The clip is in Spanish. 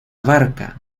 abarca